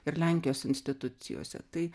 ir lenkijos institucijose tai